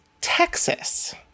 Texas